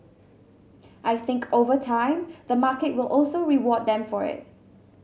I think over time the market will also reward them for it